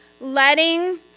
letting